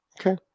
okay